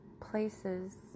places